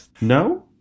no